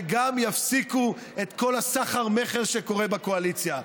וגם יפסיקו את כל הסחר-מכר שקורה בקואליציה.